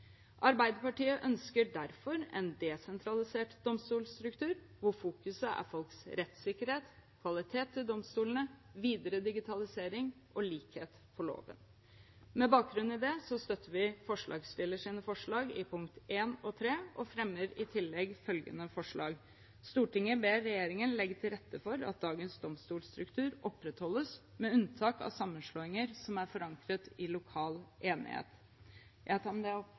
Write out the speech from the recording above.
Arbeiderpartiet ønsker derfor en desentralisert domstolstruktur hvor fokuset er folks rettssikkerhet, kvalitet ved domstolene, videre digitalisering og likhet for loven. Med bakgrunn i det støtter vi forslagsstillernes forslag i punkt 1 og 3 og fremmer i tillegg følgende forslag: «Stortinget ber regjeringen legge til rette for at dagens domstolsstruktur opprettholdes, med unntak av sammenslåinger som er forankret i en lokal enighet.» Jeg tar med det opp